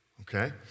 Okay